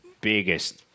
biggest